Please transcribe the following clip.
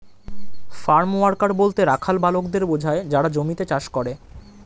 farm worker বলতে রাখাল বালকদের বোঝায় যারা জমিতে চাষ করে